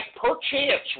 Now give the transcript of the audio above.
perchance